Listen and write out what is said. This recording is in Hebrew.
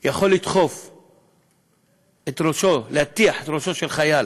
יכול לדחוף את ראשו ולהטיח את ראשו של חייל